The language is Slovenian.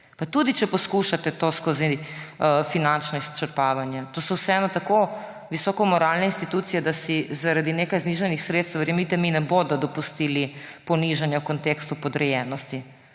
Pa tudi če poskušate to skozi finančno izčrpavanje, so to vseeno tako visoko moralne institucije, da si zaradi nekaj znižanih sredstev, verjemite mi, ne bodo dopustile ponižanja v kontekstu podrejenosti.